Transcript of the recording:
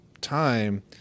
time